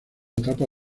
etapa